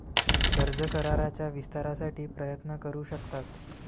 कर्ज कराराच्या विस्तारासाठी प्रयत्न करू शकतात